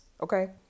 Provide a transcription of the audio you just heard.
okay